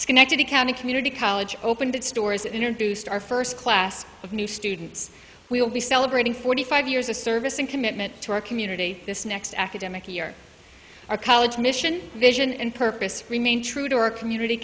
schenectady county community college opened its doors and boost our first class of new students we will be celebrating forty five years of service and commitment to our community this next academic year our college mission vision and purpose remain true to our community